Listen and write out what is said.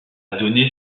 donné